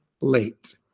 late